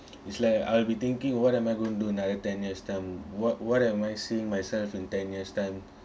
it's like I'll be thinking what am I going to do another ten years' time what what am I seeing myself in ten years' time